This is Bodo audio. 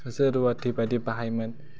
सासे रुवाथि बादि बाहायोमोन